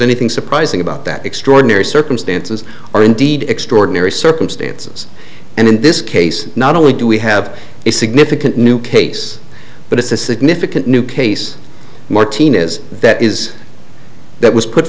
anything surprising about that extraordinary circumstances or indeed extraordinary circumstances and in this case not only do we have a significant new case but it's a significant new case martina's that is that was put